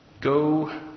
Go